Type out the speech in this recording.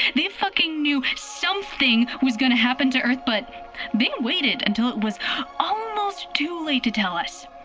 they fucking knew something was going to happen to earth, but they waited until it was almost too late to tell us!